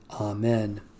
Amen